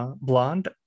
Blonde